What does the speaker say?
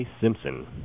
simpson